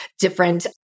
different